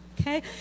okay